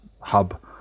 hub